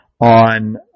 on